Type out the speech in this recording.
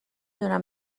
دونم